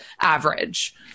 average